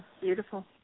Beautiful